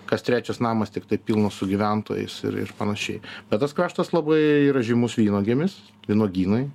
kas trečias namas tiktai pilnas su gyventojais ir ir panašiai bet tas kraštas labai yra žymus vynuogėmis vynuogynai